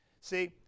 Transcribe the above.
See